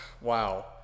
Wow